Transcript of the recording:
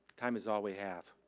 time is all we have.